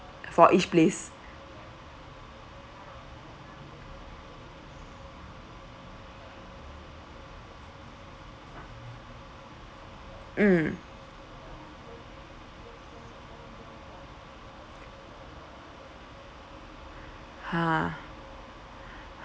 for each place mm ha